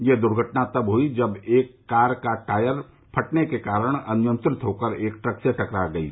ये दुर्घटना तब हुई जब एक कार का टायर फटने के कारण अनियंत्रित होकर एक ट्रक से टकरा गयी